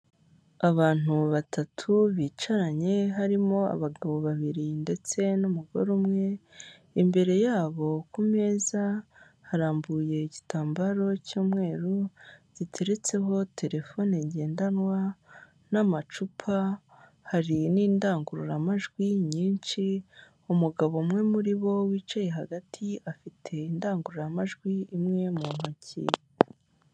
Abantu batatu bicaranye harimo abagabo babiri ndetse n'umugore umwe imbere yabo ku meza harambuye igitambaro cy'umweru giteretseho terefone ngendanwa n'amacupa hari n'indangururamajwi nyinshi, umugabo umwe muri bo afite indangururamajwi imwe yo mu ntoki.